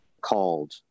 called